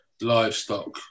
livestock